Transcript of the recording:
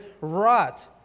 rot